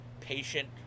patient